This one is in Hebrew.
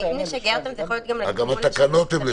אם נשגע אותם, זה יכול להיות גם לכיוון השני.